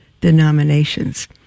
denominations